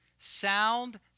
sound